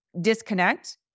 disconnect